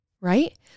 Right